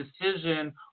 decision